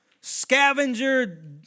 scavenger